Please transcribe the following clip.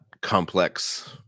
complex